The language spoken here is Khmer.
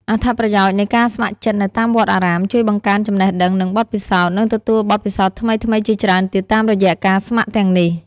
អត្ថប្រយោជន៍នៃការស្ម័គ្រចិត្តនៅតាមវត្តអារាម ជួយបង្កើនចំណេះដឹង និងបទពិសោធន៍ នឹងទទួលបទពិសោធន៍ថ្មីៗជាច្រើនទៀតតាមរយៈការស្ម័គ្រទាំងនេះ។